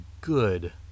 good